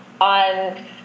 on